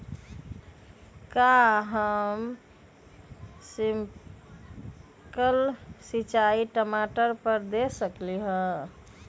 का हम स्प्रिंकल सिंचाई टमाटर पर दे सकली ह?